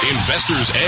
Investor's